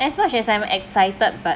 as much as I'm excited but